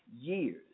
years